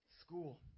school